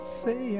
say